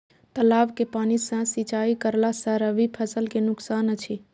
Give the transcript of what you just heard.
तालाब के पानी सँ सिंचाई करला स रबि फसल के नुकसान अछि?